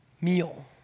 meal